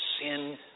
sin